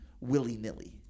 willy-nilly